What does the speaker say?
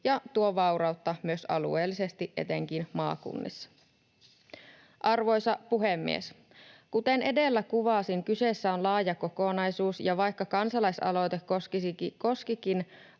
ja tuo vaurautta myös alueellisesti etenkin maakunnissa. Arvoisa puhemies! Kuten edellä kuvasin, kyseessä on laaja kokonaisuus, ja vaikka kansalaisaloite koskikin